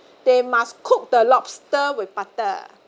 they must cook the lobster with butter